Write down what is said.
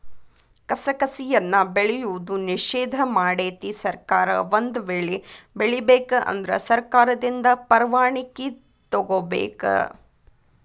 ಕಸಕಸಿಯನ್ನಾ ಬೆಳೆಯುವುದು ನಿಷೇಧ ಮಾಡೆತಿ ಸರ್ಕಾರ ಒಂದ ವೇಳೆ ಬೆಳಿಬೇಕ ಅಂದ್ರ ಸರ್ಕಾರದಿಂದ ಪರ್ವಾಣಿಕಿ ತೊಗೊಬೇಕ